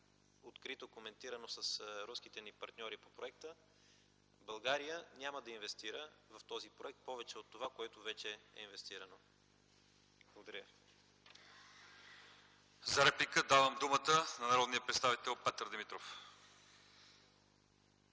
открито, коментирано с руските ни партньори по проекта, България няма да инвестира в този проект повече от това, което вече е инвестирано. Благодаря ви. ПРЕДСЕДАТЕЛ ЛЪЧЕЗАР ИВАНОВ: За реплика давам думата на народния представител Петър Димитров.